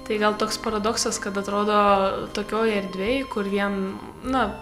tai gal toks paradoksas kad atrodo tokioj erdvėj kur vien na